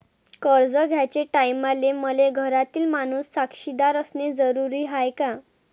कर्ज घ्याचे टायमाले मले घरातील माणूस साक्षीदार असणे जरुरी हाय का?